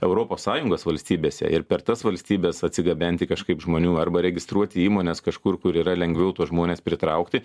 europos sąjungos valstybėse ir per tas valstybes atsigabenti kažkaip žmonių arba registruoti įmones kažkur kur yra lengviau tuos žmones pritraukti